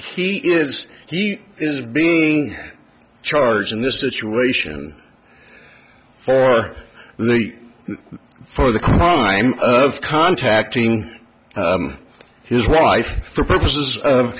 he is he is being charged in this situation for the for the crime of contacting his wife for purposes